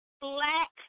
black